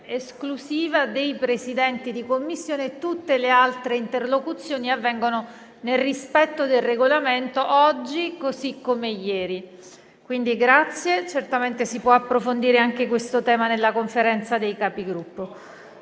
esclusiva dei Presidenti di Commissione. Tutte le altre interlocuzioni avvengono nel rispetto del Regolamento, oggi così come ieri. Certamente si può approfondire anche questo tema nella Conferenza dei Capigruppo.